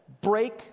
break